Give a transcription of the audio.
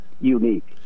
unique